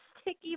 sticky